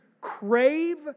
crave